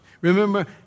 Remember